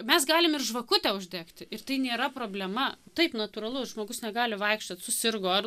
mes galim ir žvakutę uždegti ir tai nėra problema taip natūralu žmogus negali vaikščiot susirgo ar